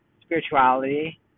spirituality